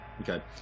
Okay